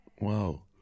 wow